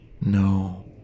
no